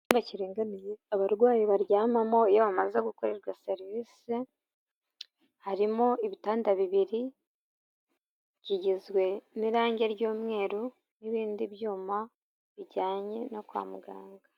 Icyumba kiringaniye abarwayi baryamamo iyo bamaze gukorerwa serivise. Harimo ibitanda bibiri, kigizwe n'irange ry'umweru n'ibindi byuma bijyanye no kwa muganga.